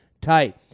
tight